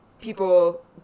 People